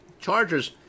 Chargers